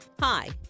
Hi